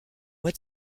mois